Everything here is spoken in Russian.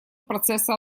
процесса